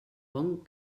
bon